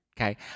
Okay